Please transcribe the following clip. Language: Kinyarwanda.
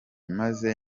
maze